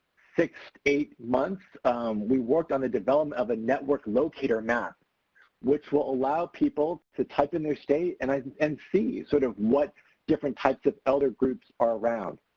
six, eight months we worked on the development of a network locator map which will allow people to type in their state and i mean and see sort of what different types of elder groups are around.